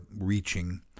reaching